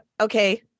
Okay